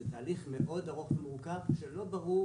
זה תהליך מאוד ארוך ומורכב שלא ברור